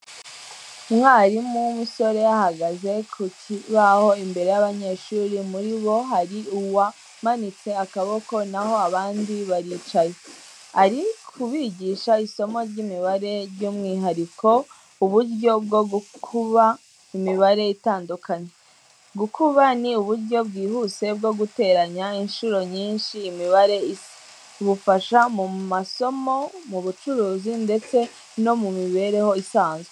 Umwarimu w'umusore ahagaze ku kibaho imbere y'abanyeshuri muri bo hari uwamanitse akaboko naho abandi baricaye. Ari kubigisha isomo ry'imibare, by'umwihariko uburyo bwo gukuba imibare itandukanye. Gukuba ni uburyo bwihuse bwo guteranya inshuro nyinshi imibare isa, bufasha mu masomo, mu bucuruzi, ndetse no mu mibereho isanzwe.